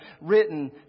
written